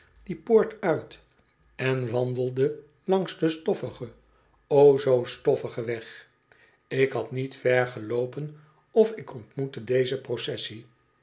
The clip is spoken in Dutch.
die poort uit en wandelde langs den stoffigen o zoo stoffigen weg ik had niet ver geloopen of ik ontmoette deze processie